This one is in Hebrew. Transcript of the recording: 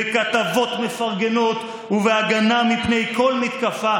בכתבות מפרגנות ובהגנה מפני כל מתקפה,